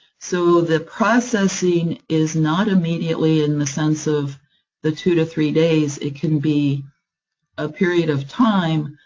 so the processing is not immediately, in the sense of the two to three days. it can be a period of time,